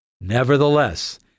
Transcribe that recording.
Nevertheless